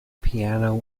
piano